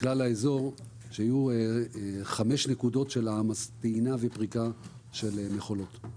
לכלל האזור שיהיו חמש נקודות של טעינה ופריקה של מכולות.